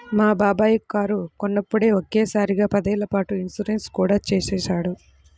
మా బాబాయి కారు కొన్నప్పుడే ఒకే సారిగా పదేళ్ళ పాటు ఇన్సూరెన్సు కూడా చేసేశాడు